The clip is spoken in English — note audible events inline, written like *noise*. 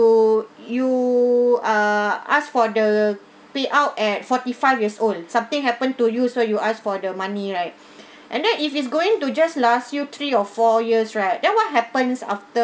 you uh asked for the payout at forty five years old something happen to you so you ask for the money right *breath* and then if it's going to just last you three or four years right then what happens after